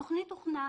התוכנית הוכנה.